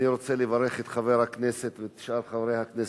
אני רוצה לברך את חבר הכנסת ואת שאר חברי הכנסת,